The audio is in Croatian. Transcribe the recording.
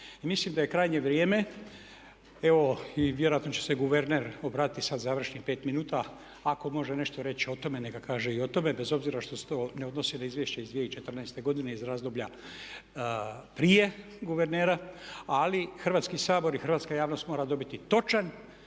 mislim da je krajnje vrijeme, evo i vjerojatno će se guverner obratiti sa završnih 5 minuta, ako može nešto reći o tome, neka kaže i o tome, bez obzira što se to ne odnosi na izvješće iz 2014. godine, iz razdoblja prije guvernera. Ali Hrvatski sabor i hrvatska javnost mora dobiti točan,